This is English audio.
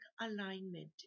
alignment